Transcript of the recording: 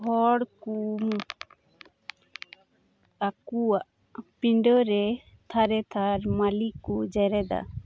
ᱦᱚᱲ ᱠᱚ ᱟᱠᱚᱣᱟᱜ ᱯᱤᱸᱰᱟᱹᱨᱮ ᱛᱷᱟᱨᱮ ᱛᱷᱟᱨ ᱢᱟᱹᱞᱤ ᱠᱚ ᱡᱮᱨᱮᱫᱟ